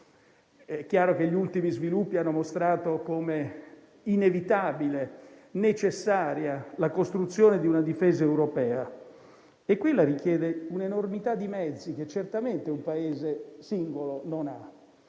È chiaro che gli ultimi sviluppi hanno mostrato come inevitabile, necessaria la costruzione di una Difesa europea, la quale richiede un'enormità di mezzi che certamente un singolo Paese non ha.